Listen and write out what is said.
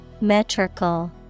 Metrical